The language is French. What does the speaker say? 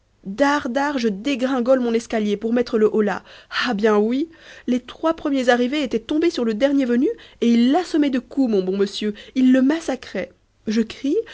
dare je dégringole mon escalier pour mettre le holà ah bien oui les trois premiers arrivés étaient tombés sur le dernier venu et ils l'assommaient de coups mon bon monsieur ils le massacraient je crie